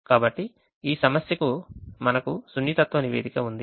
కాబట్టి ఈ సమస్యకు మనకు సున్నితత్వ నివేదిక ఉంది